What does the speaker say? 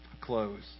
close